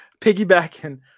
piggybacking